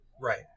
right